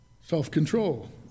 Self-control